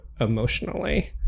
emotionally